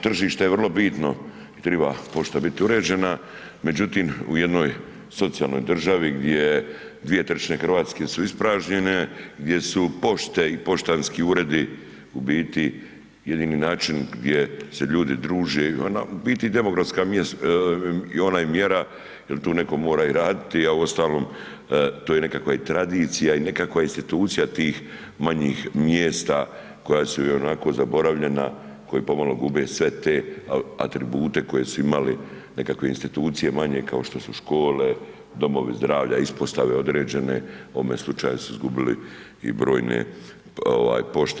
Tržište je vrlo bitno i treba pošta biti uređena, međutim u jednoj socijalnoj državi gdje dvije trećine Hrvatske su ispražnjene, gdje su pošte i poštanski uredi u biti jedini način gdje se ljudi druže i u biti demografska i ona mjera jer tu netko mora i raditi a uostalom tu je nekakva i tradicija i nekakva institucija tih manjih mjesta koja su ionako zaboravljena, koja pomalo gube sve te atribute koje su imali nekakve institucije manje kao što su škole, domovi zdravlja, ispostave određene u ovome slučaju su izgubili i brojne pošte.